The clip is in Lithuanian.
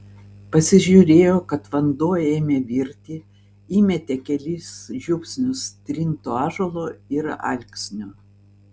pasižiūrėjo kad vanduo ėmė virti įmetė kelis žiupsnius trinto ąžuolo ir alksnio